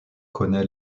connait